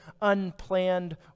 unplanned